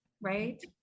right